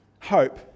hope